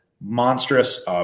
monstrous